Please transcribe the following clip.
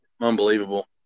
unbelievable